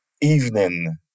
evening